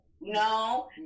no